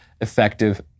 effective